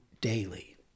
daily